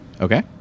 Okay